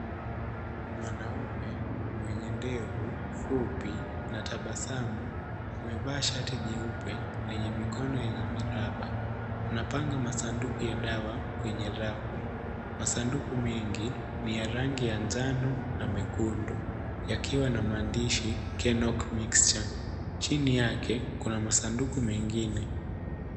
Mwanaume mwenye ndevu fupi na tabasamu amevaa shati jeupe lenye mikono yenye miraba anapanga masanduku ya dawa kwenye rafu. Masanduku mengi ni ya rangi ya njano na mekundu yakiwa na maandishi kenoch mixture , chini yake kuna masanduku mengine.